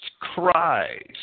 Christ